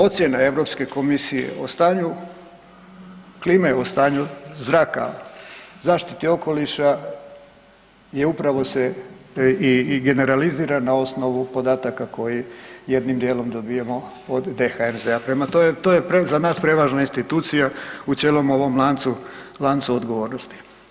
Ocjena Europske komisije o stanju klime, o stanju zraka, zaštite okoliša je upravo se i generalizira na osnovu podataka koje jednim dijelom dobijamo od DHMZ-a, prema tome to je za nas prevažna institucija u cijelom ovom lancu odgovornosti.